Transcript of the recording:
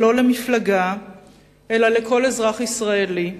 ולא למפלגה, אלא לכל אזרח ישראלי,